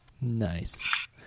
Nice